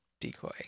Decoy